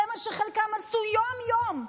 זה מה שחלקם עשו יום-יום.